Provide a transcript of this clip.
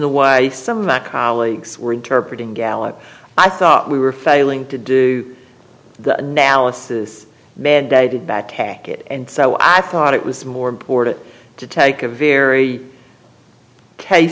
the way some of our colleagues were interpreted gallup i thought we were failing to do the analysis mandated back hackett and so i thought it was more important to take a very